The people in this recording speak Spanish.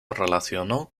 relacionó